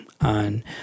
on